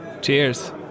Cheers